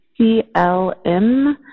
CLM